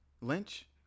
Lynch